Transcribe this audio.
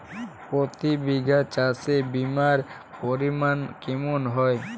প্রতি বিঘা চাষে বিমার পরিমান কেমন হয়?